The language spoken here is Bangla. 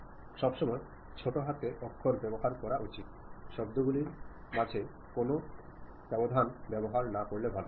সবসময় ছোট হাতের অক্ষর ব্যবহার করা উচিত শব্দগুলির মাঝে কোনো ব্যবধান ব্যবহার না করে ভালো